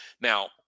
Now